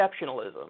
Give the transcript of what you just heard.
exceptionalism